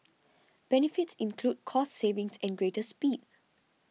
benefits include cost savings and greater speed